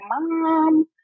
Mom